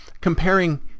comparing